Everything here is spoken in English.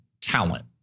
talent